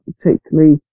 particularly